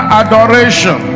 adoration